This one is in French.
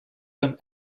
comme